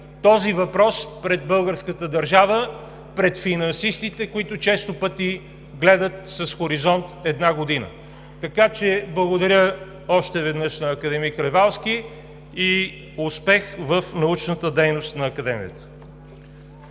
този въпрос пред българската държава, пред финансистите, които често пъти гледат с хоризонт една година. Благодаря още веднъж на академик Ревалски и успех в научната дейност на Академията!